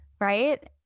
Right